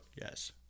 Yes